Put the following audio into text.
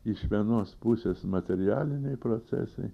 iš vienos pusės materialiniai procesai